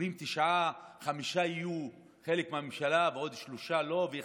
אומרים שחמישה יהיו חלק מהממשלה ועוד שלושה לא יהיו מהממשלה,